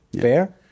Fair